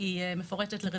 תודה רבה.